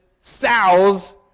sow's